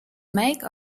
make